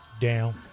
down